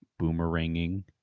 boomeranging